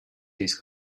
his